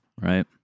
right